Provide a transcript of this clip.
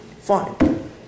Fine